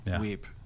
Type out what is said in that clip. weep